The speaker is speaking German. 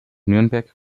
nürnberg